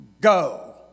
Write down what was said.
go